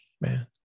man